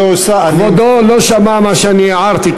כבודו לא שמע מה שאני הערתי,